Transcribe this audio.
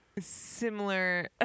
similar